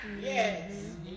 Yes